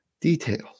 details